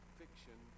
fiction